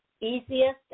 easiest